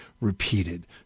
repeated